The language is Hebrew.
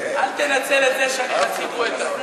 אל תנצל את זה שאני חצי גואטה.